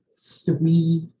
three